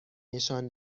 نشان